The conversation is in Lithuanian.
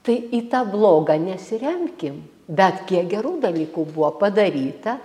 tai į tą blogą nesiremkim bet kiek gerų dalykų buvo padaryta